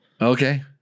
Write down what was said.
Okay